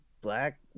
black